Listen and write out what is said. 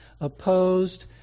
opposed